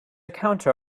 counter